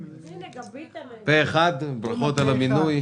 ברכות על המינוי.